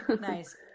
nice